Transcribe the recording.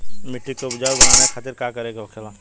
मिट्टी की उपजाऊ बनाने के खातिर का करके होखेला?